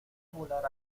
volar